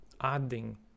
adding